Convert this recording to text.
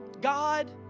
God